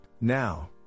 Now